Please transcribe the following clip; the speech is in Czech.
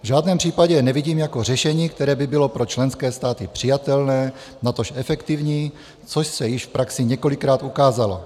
V žádném případě je nevidím jako řešení, které by bylo pro členské státy přijatelné, natož efektivní, což se již v praxi několikrát ukázalo.